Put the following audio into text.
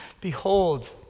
Behold